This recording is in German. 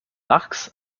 lachs